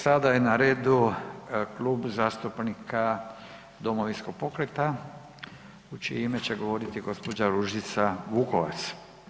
Sada je na redu Klub zastupnika Domovinskog pokreta u čije ime će govoriti gospođa Ružica Vukovac.